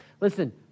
Listen